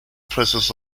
process